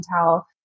tell